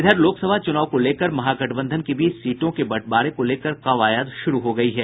इधर लोकसभा चुनाव को लेकर महागठबंधन के बीच सीटों के बटंवारे को लेकर कवायद शुरू हो गयी है